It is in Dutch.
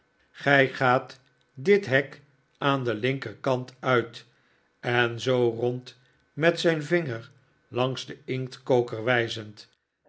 gij gaat dit hek aan de linkerhand iiit en zoo rond met zijn vinger langs den inktkoker